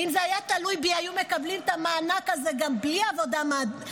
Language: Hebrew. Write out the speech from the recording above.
ואם זה היה תלוי בי הם היו מקבלים את המענק הזה גם בלי עבודה מועדפת.